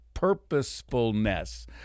Purposefulness